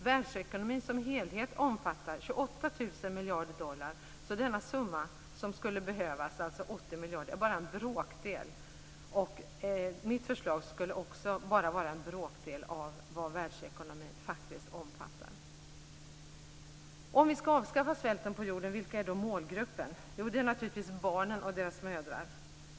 Världsekonomin omfattar som helhet 28 000 miljarder dollar. Denna summa som skulle behövas - 80 miljarder dollar - är bara en bråkdel. Mitt förslag skulle också bara kosta en bråkdel av vad världsekonomin faktiskt omfattar. Vilken är målgruppen om vi skall avskaffa svälten på jorden? Det är naturligtvis barnen och deras mödrar.